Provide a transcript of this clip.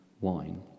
wine